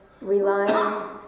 relying